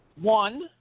One